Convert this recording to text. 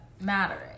mattering